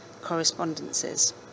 correspondences